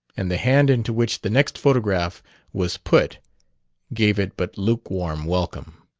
and the hand into which the next photograph was put gave it but lukewarm welcome.